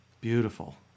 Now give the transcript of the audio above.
beautiful